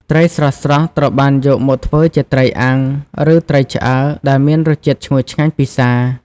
ត្រីស្រស់ៗត្រូវបានយកមកធ្វើជា ត្រីអាំង ឬត្រីឆ្អើរ ដែលមានរសជាតិឈ្ងុយឆ្ងាញ់ពិសា។